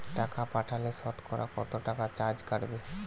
টাকা পাঠালে সতকরা কত টাকা চার্জ কাটবে?